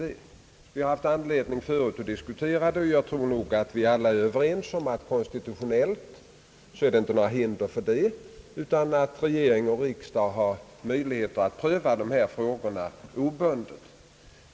Jag har förut haft anledning att diskutera denna sak, och jag tror att vi alla är överens om att det inte föreligger några konstitutionella hinder för regering och riksdag att pröva dessa frågor obundet.